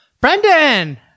brendan